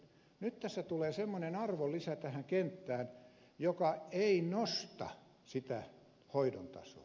nyt tässä tulee semmoinen arvonlisä tähän kenttään joka ei nosta sitä hoidon tasoa